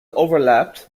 overlapped